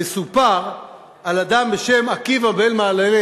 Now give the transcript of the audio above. מסופר על אדם בשם עקיבא בן מהללאל.